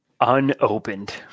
Unopened